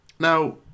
Now